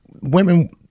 Women